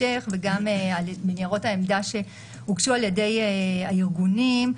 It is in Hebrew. וגם מניירות העמדה שהוגשו ע"י הארגונים,